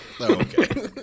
okay